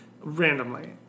randomly